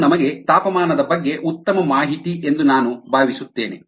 ಅದು ನಮಗೆ ತಾಪಮಾನದ ಬಗ್ಗೆ ಉತ್ತಮ ಮಾಹಿತಿ ಎಂದು ನಾನು ಭಾವಿಸುತ್ತೇನೆ